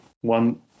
one